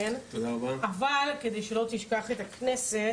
אבל כדי שלא תשכח את הכנסת